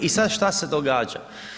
I sad šta se događa?